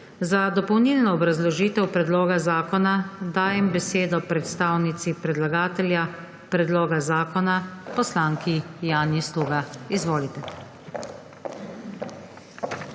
Za dopolnilno obrazložitev predloga zakona dajem besedo predstavnici predlagatelja predloga zakona poslanki Janji Sluga. Izvolite.